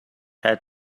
had